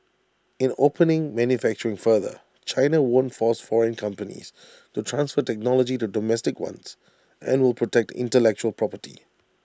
in opening manufacturing further China won't force foreign companies to transfer technology to domestic ones and will protect intellectual property